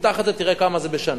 תמתח את זה תראה כמה זה בשנה.